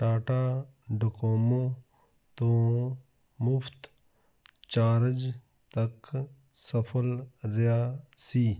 Tata Docomo ਤੋਂ ਮੁਫਤ charge ਤੱਕ ਸਫਲ ਰਿਹਾ ਸੀ